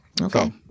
okay